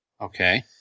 Okay